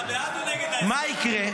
מה יקרה?